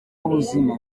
w’ubuzima